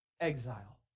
exile